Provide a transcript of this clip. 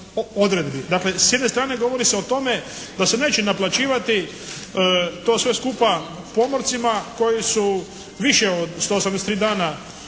Dakle s jedne strane govori se o tome da se neće naplaćivati to sve skupa pomorcima koji su više od 183 dana